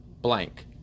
blank